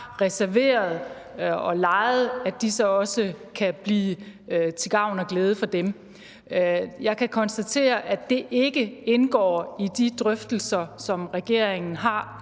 har reserveret og lejet, også kan blive til gavn og glæde for dem. Jeg kan konstatere, at det ikke indgår i de drøftelser, som regeringen har